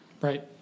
Right